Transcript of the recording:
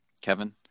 Kevin